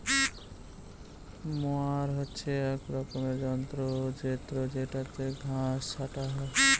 mower হচ্ছে এক রকমের যন্ত্র জেত্রযেটাতে ঘাস ছাটা হয়